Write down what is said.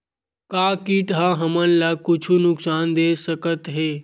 का कीट ह हमन ला कुछु नुकसान दे सकत हे?